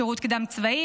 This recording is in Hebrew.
שירות קדם-צבאי,